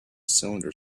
cylinder